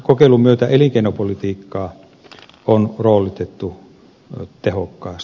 kokeilun myötä elinkeinopolitiikkaa on roolitettu tehokkaasti